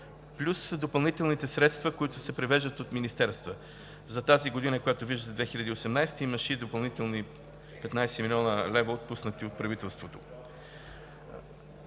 плюс допълнителните средства, които се превеждат от министерствата. За тази година, която виждате – 2018 г., имаше и допълнителни 15 млн. лв., отпуснати от правителството,